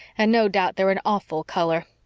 and no doubt they're an awful color.